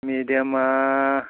मिडियामआ